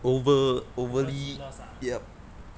over overly ya